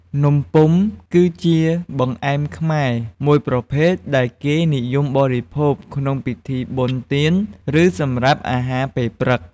នំពុម្ព គឺជាបង្អែមខ្មែរមួយប្រភេទដែលគេនិយមបរិភោគ ក្នុងពិធីបុណ្យទាន ឬសម្រាប់អាហារពេលព្រឹក។